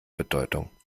bedeutung